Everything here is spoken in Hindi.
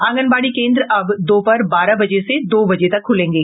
आंगनबाड़ी केंद्र अब दोपहर बारह बजे से दो बजे तक खुलेंगे